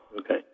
okay